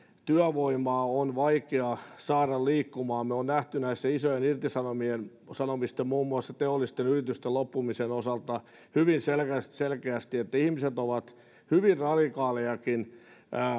työvoimaa on vaikea saada liikkumaan me olemme nähneet näissä isoissa irtisanomisissa muun muassa teollisten yritysten loppumisen osalta hyvin selkeästi selkeästi että ihmiset ovat hyvin radikaalejakin